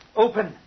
Open